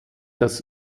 das